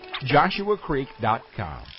JoshuaCreek.com